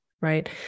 Right